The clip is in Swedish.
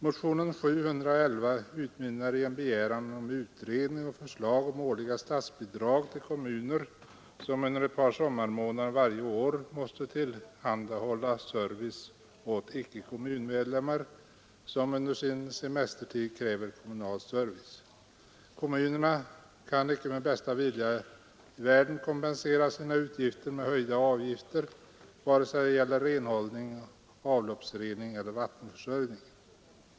Motionen 781 statsbidrag till utmynnar i en begäran om utredning och förslag om årliga kommuner, som under ett par sommarmånader varje år måste tillhandahålla service åt icke kommunmedlemmar, som under sin semestertid kräver kommunal service. Kommunerna kan icke med bästa vilja i världen kompensera sina utgifter med höjda avgifter vare sig det gäller renhållning, avloppsrening eller vattenförsörjning.